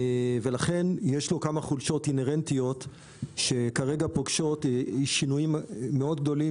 ולכן יש לו כמה חולשות אינהרנטיות שכרגע פוגשות שינויים גדולים